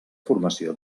formació